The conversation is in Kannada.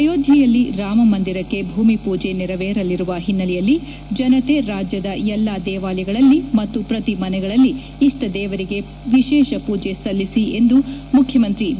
ಅಯೋಧ್ಯೆಯಲ್ಲಿ ರಾಮಮಂದಿರಕ್ಕೆ ಭೂಮಿ ಪೂಜೆ ನೆರವೇರಲಿರುವ ಹಿನ್ನೆಲೆಯಲ್ಲಿ ಜನತೆ ರಾಜ್ಯದ ಎಲ್ಲ ದೇವಾಲಯಗಳಲ್ಲಿ ಮತ್ತು ಪ್ರತಿ ಮನೆಗಳಲ್ಲಿ ಇಷ್ಟ ದೇವರಿಗೆ ವಿಶೇಷ ಪೂಜೆ ಸಲ್ಲಿಸಿ ಎಂದು ಮುಖ್ಯಮಂತ್ರಿ ಬಿ